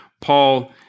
Paul